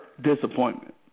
disappointment